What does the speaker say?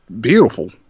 beautiful